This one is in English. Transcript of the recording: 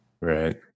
Right